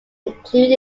included